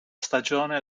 stagione